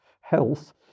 health